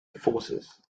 forces